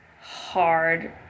hard